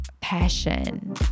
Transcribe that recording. passion